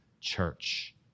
church